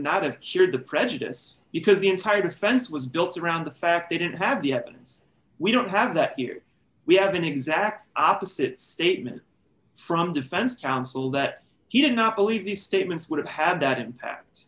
not have cured the prejudice because the entire defense was built around the fact they didn't have the evidence we don't have that here we have an exact opposite statement from defense counsel that he did not believe these statements would have had an impact